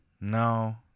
No